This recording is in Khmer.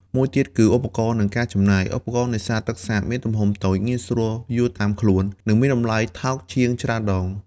មួយទៀតគឺ ឧបករណ៍ និងការចំណាយ។ ឧបករណ៍នេសាទទឹកសាបមានទំហំតូច ងាយស្រួលយួរតាមខ្លួន និងមានតម្លៃថោកជាងច្រើនដង។